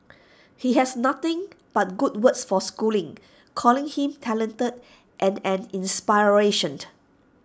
he has nothing but good words for schooling calling him talented and an